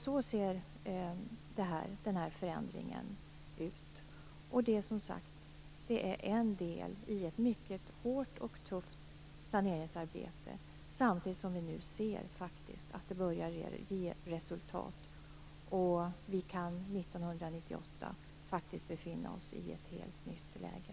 Så ser förändringen ut. Det är en del i ett mycket hårt och tufft saneringsarbete, samtidigt som vi nu kan se att det börjar ge resultat. 1998 kan vi faktiskt befinna oss i ett helt nytt läge.